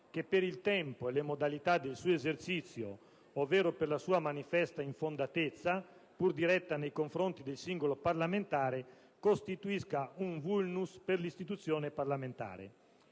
che, per il tempo e le modalità del suo esercizio ovvero per la sua manifesta infondatezza, pur diretta nei confronti del singolo parlamentare, costituisca un *vulnus* per l'istituzione parlamentare».